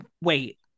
Wait